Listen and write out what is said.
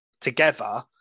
together